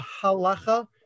halacha